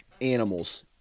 animals